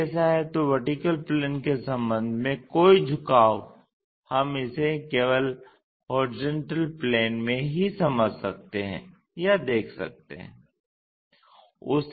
यदि ऐसा है तो VP के संबंध में कोई झुकाव हम इसे केवल HP में ही समझ सकते हैं या देख सकते हैं